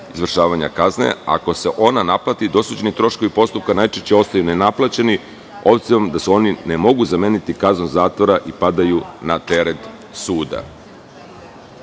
izvršavanja kazne, ako se ona naplati, dosuđeni troškovi postupka najčešće ostaju nenaplaćeni, obzirom da se oni ne mogu zameniti kaznom zatvora i padaju na teret